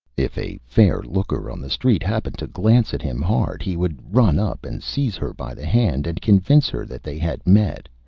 if a fair-looker on the street happened to glance at him hard he would run up and seize her by the hand, and convince her that they had met.